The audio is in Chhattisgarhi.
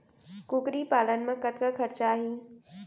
कुकरी पालन म कतका खरचा आही?